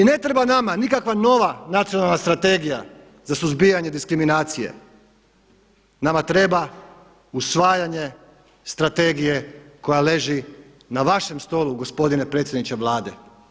I ne treba nama nikakva nova Nacionalna strategija za suzbijanje diskriminacije, nama treba usvajanje strategije koja leži na vašem stolu gospodine predsjedniče Vlade.